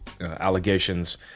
allegations